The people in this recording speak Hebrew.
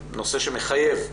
נושא שמחייב בדיקה.